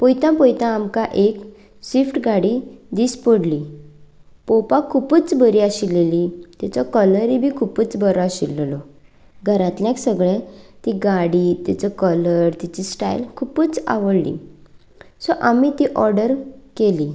पळयतां पळयतां आमकां एक स्विफ्ट गाडी दिश्टी पडली पळोवपाक खुबूच बरी आशिल्ली तिचो कलरूय बी खुबूच बरो आशिल्लो घरांतल्या सगळ्यांक ती गाडी तिचो कलर तिची स्टायल खुबूच आवडली सो आमी ती ऑर्डर केली